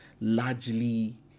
largely